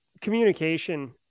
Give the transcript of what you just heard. communication